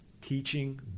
teaching